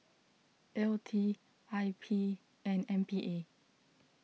L T I P and M P A